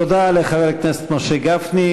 תודה לחבר הכנסת משה גפני.